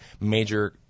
major